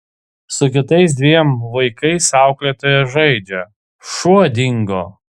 su kitais dviem vaikais auklėtoja žaidžia šuo dingo